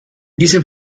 diesem